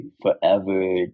forever